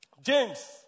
James